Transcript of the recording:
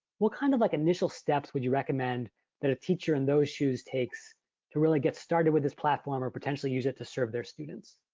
what kind of like initial steps would you recommend that a teacher in those shoes takes to really get started with this platform, or potentially use it to serve their students?